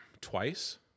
twice